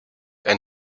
and